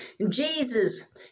Jesus